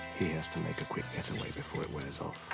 he has to make a quick getaway before it wears off.